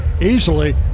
easily